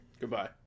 Goodbye